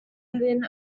within